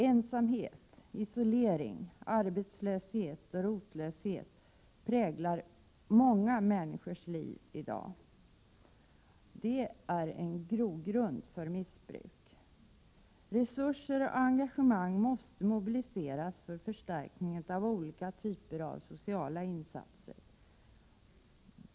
Ensamhet, isolering, arbetslöshet och rotlöshet präglar många människors liv. Det är en grogrund för missbruk. Resurser och engagemang måste mobiliseras för förstärkning av olika typer av sociala insatser.